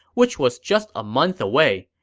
which was just a month away.